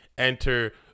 Enter